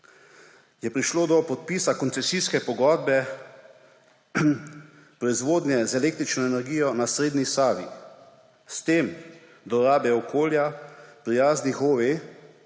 je prišlo do podpisa koncesijske pogodbe proizvodnje z električno energijo na srednji Savi, s tem do rabe okolja prijaznih